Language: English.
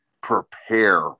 prepare